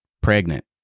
pregnant